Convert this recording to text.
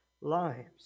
lives